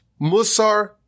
Musar